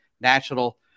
National